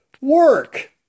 Work